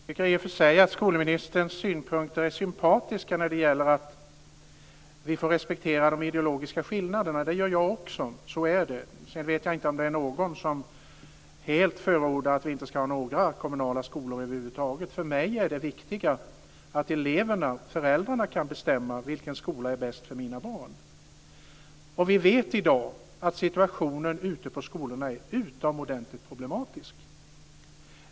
Herr talman! Jag tycker i och för sig att skolministerns synpunkter är sympatiska när det gäller att vi får respektera de ideologiska skillnaderna. Det gör jag också - så är det. Sedan vet jag inte om någon förordar att vi inte ska ha några kommunala skolor över huvud taget. För mig är det viktiga att föräldrarna kan bestämma vilken skola som är bäst för deras barn. Vi vet att situationen ute på skolorna i dag är utomordentligt problematisk.